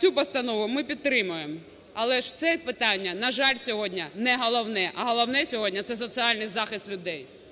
Цю постанову ми підтримаємо. Але ж це питання, на жаль, сьогодні не головне, а головне сьогодні – це соціальний захист людей. ГОЛОВУЮЧИЙ.